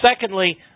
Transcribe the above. Secondly